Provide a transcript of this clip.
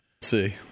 See